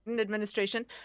Administration